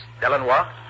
Delanois